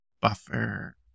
Buffer